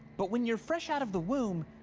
but when you're fresh out of the womb,